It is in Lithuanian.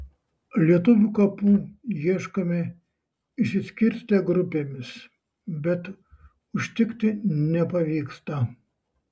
lietuvių kapų ieškome išsiskirstę grupėmis bet užtikti nepavyksta